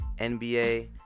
nba